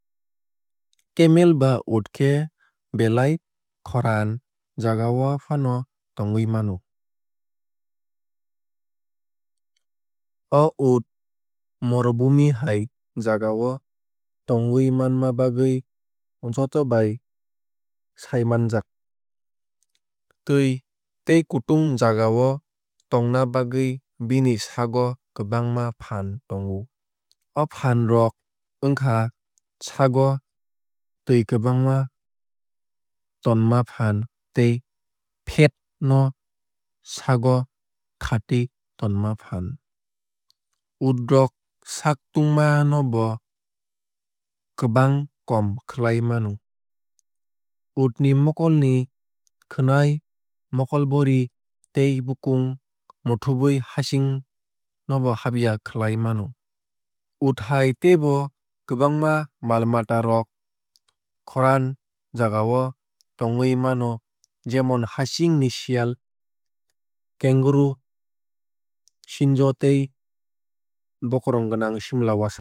Camel ba ut khe belai khoran jagao faano tongwui mano. O ut morubhumi hai jagao tangwui manma bagwui joto bai sai manjak. Twui tei kutung jaga o tongna bagwui bini sago kwbangma phaan tongo. O phaan rok wngkha sago twui kwbangma tonma phaan tei fat no sakgo khati tonma phaan. Ut rok saak tungma no bo kwbang kom khlai mano. Ut ni mokol ni khwnai mokolbori tei bukung muthubwui hacching no habya khlai mano. Ut hai teibo kwbangma mal mata rok khoran jagao tongwui mano jemon hacching ni siyal kangaroo sinjo tei bokorong gwnang simlawasa.